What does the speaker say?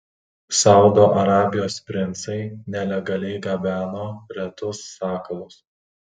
saudo arabijos princai nelegaliai gabeno retus sakalus